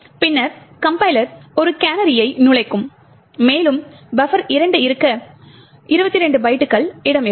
பின்னர் கம்பைலர் ஒரு கேனரியை நுழைக்கும் மேலும் பஃபர் 2 இருக்க 22 பைட்டுகள் இடம் இருக்கும்